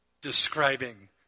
describing